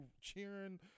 cheering